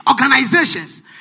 organizations